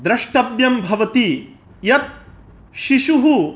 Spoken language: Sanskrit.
द्रष्टब्यं भवति यत् शिशुः